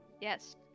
Yes